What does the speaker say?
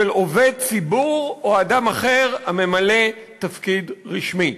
של עובד ציבור או אדם אחר הממלא תפקיד רשמי.